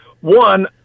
One